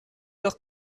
noch